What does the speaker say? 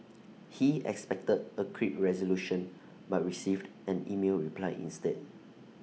he expected A quick resolution but received an email reply instead